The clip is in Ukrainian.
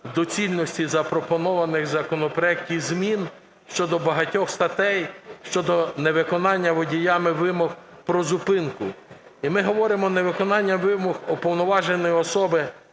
доцільність запропонованих у законопроекті змін щодо багатьох статей щодо невиконання водіями вимог про зупинку. І ми говоримо, невиконання вимог уповноваженої особи